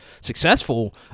successful